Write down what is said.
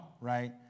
right